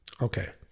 Okay